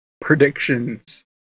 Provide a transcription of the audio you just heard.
predictions